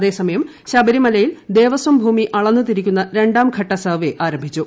അതേസമയം ശബരിമലയിൽ ദേവസ്വം ഭൂമി അളന്നു തിരിക്കുന്ന രണ്ടാം ഘട്ട സർവ്വേ ആരംഭിച്ചു